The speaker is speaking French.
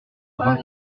vingt